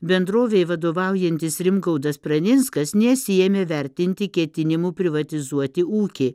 bendrovei vadovaujantis rimgaudas praninskas nesiėmė vertinti ketinimų privatizuoti ūkį